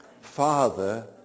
Father